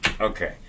Okay